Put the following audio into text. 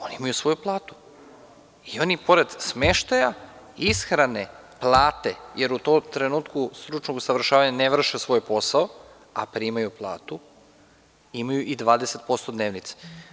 Oni imaju svoju platu i oni pored smeštaja, ishrane, plate, jer u tom trenutku stručnog usavršavanja ne vrše svoj posao, a primaju platu, imaju i 20% dnevnice.